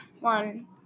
One